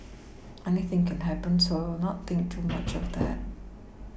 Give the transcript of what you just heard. anything can happen so I will not think too much of that